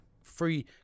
Free